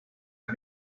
mer